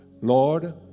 Lord